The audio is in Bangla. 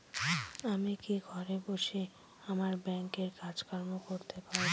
আমি কি ঘরে বসে আমার ব্যাংকের কাজকর্ম করতে পারব?